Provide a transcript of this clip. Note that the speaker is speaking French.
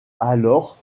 alors